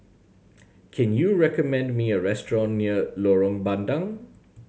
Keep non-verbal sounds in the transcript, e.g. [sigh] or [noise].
[noise] can you recommend me a restaurant near Lorong Bandang